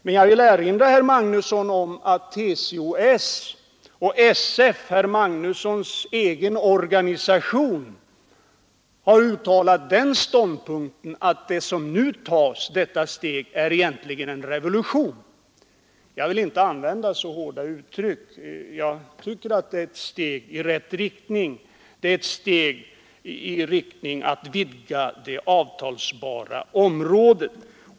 Men jag vill erinra herr Magnusson om att TCO-S och SF, herr Magnussons egen organisation, har uttalat att det steg som nu tas egentligen är en revolution. Jag vill inte använda så starka uttryck — jag tycker att det är ett väsentligt steg i rätt riktning, i riktning mot att vidga det avtalsbara området.